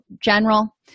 general